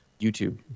YouTube